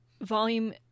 volume